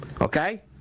Okay